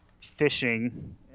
fishing